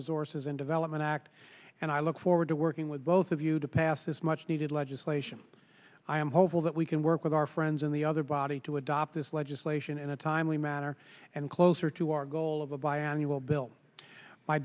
resources and development act and i look forward to working with both of you to pass this much needed legislation i am hopeful that we can work with our friends in the other body to adopt this legislation in a timely manner and closer to our goal of a biannual bill my